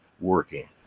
working